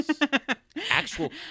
actual